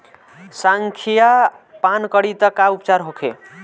संखिया पान करी त का उपचार होखे?